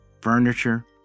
furniture